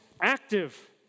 active